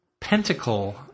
pentacle